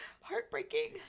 heartbreaking